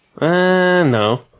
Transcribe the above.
No